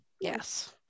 Yes